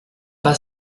pas